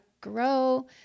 grow